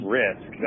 risk